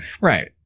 Right